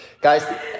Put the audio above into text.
Guys